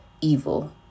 evil